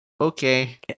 Okay